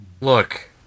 Look